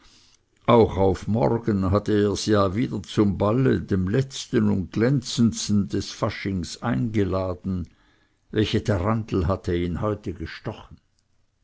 auch auf morgen hatte er sie ja wieder zum balle dem letzten und glänzendsten des faschings eingeladen welche tarantel hatte ihn heute gestochen